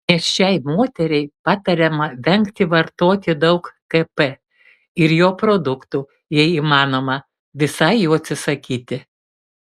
nėščiai moteriai patariama vengti vartoti daug kp ir jo produktų jei įmanoma visai jų atsisakyti